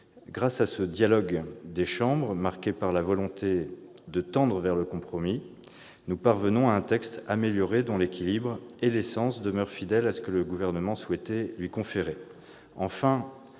Grâce à ce dialogue des chambres, marqué par la volonté de tendre vers le compromis, nous parvenons à un texte amélioré, dont l'équilibre et l'essence demeurent fidèles à ce que le Gouvernement souhaitait lui conférer.